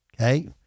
Okay